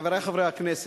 חברים יקרים,